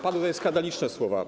Padły tutaj skandaliczne słowa.